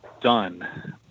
done